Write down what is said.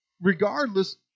regardless